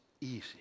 Easy